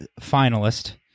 finalist